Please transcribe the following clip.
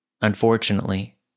Unfortunately